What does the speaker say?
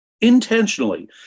intentionally